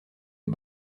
les